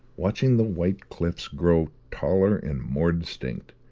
watching the white cliffs grow taller and more distinct,